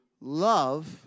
love